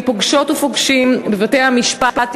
פוגשות ופוגשים בבתי-המשפט,